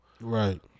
Right